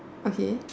okay